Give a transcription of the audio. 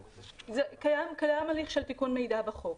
קיים הליך של תיקון מידע בחוק.